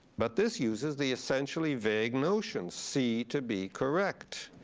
but this uses the essentially vague notion, see to be correct.